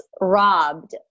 robbed